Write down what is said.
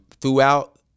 Throughout